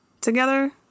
together